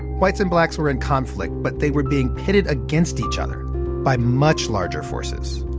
whites and blacks were in conflict, but they were being pitted against each other by much larger forces.